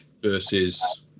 versus